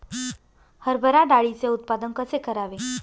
हरभरा डाळीचे उत्पादन कसे करावे?